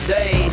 Day